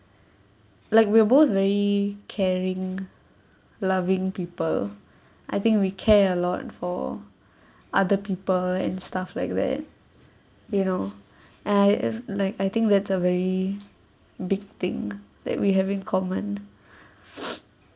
like we're both very caring loving people I think we care a lot for other people and stuff like that you know I have like I think that's a very big thing that we have in common